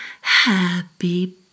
Happy